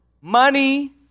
Money